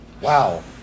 Wow